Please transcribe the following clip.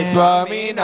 Swami